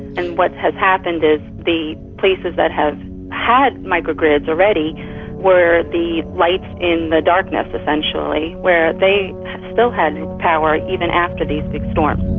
and what has happened is the places that have had micro-grids already were the lights in the darkness, essentially, where they still had power, even after these big storms.